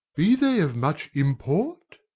be they of much import?